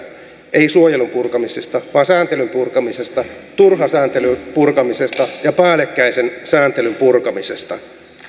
ei suojelun purkamisesta vaan sääntelyn purkamisesta turhan sääntelyn purkamisesta ja päällekkäisen sääntelyn purkamisesta